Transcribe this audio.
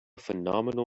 phenomenal